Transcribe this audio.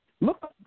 Look